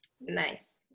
Nice